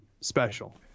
special